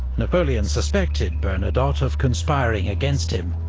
napoleon suspected bernadotte of conspiring against him,